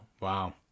Wow